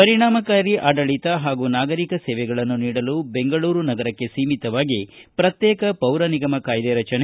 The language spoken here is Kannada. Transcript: ಪರಿಣಾಮಕಾರಿ ಆಡಳಿತ ಹಾಗು ನಾಗರಿಕ ಸೇವೆಗಳನ್ನು ನೀಡಲು ಬೆಂಗಳೂರು ನಗರಕ್ಕೆ ಸೀಮಿತವಾಗಿ ಪ್ರತ್ಯೇಕ ಪೌರ ನಿಗಮ ಕಾಯ್ದೆ ರಚನೆ